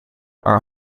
are